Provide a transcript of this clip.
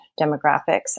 demographics